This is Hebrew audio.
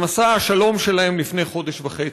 למסע שלום שלהן לפני חודש וחצי.